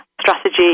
strategy